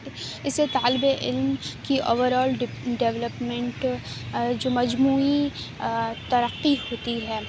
اس سے طالب علم کی اوور آل ڈیولپمنٹ جو مجموعی ترقی ہوتی ہے